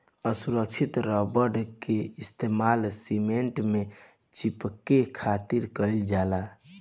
असुरक्षित रबड़ के इस्तेमाल सीमेंट में चिपके खातिर कईल जाला